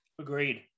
Agreed